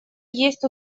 есть